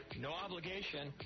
no-obligation